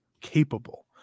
Capable